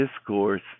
discourse